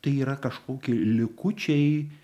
tai yra kažkokie likučiai